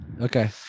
Okay